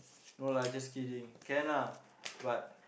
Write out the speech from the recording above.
no lah just kidding can lah